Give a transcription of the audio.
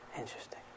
interesting